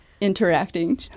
interacting